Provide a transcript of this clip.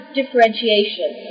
differentiation